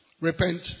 repent